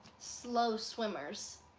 slow swimmers.